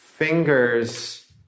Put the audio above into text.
Fingers